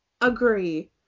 agree